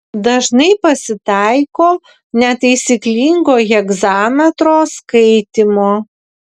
dažnai pasitaiko netaisyklingo hegzametro skaitymo